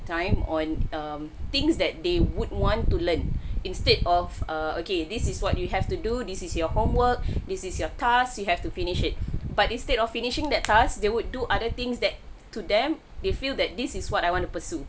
time on um things that they would want to learn instead of ah okay this is what you have to do this is your homework this is your task you have to finish it but instead of finishing that task they would do other things that to them they feel that this is what I want to pursue